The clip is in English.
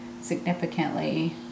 significantly